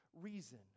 reason